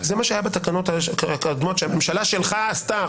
זה מה שהיה בתקנות הקודמות, שהממשלה שלך עשתה.